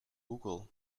google